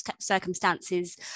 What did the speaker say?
circumstances